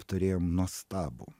apturėjom nuostabų